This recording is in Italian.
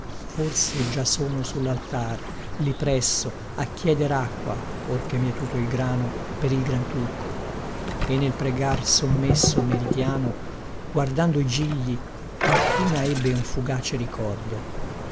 forse già sono su laltar lì presso a chieder acqua or chè mietuto il grano per il granturco e nel pregar sommesso meridïano guardando i gigli alcuna ebbe un fugace ricordo